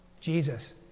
Jesus